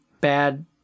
bad